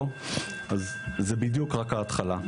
לא?״ אבל זו בדיוק רק ההתחלה.